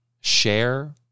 share